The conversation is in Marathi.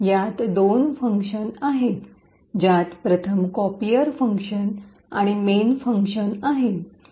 यात दोन फंक्शन्स आहेत ज्यात प्रथम कॉपीयर फंक्शन आणि मेन फंक्शन आहे